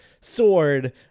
sword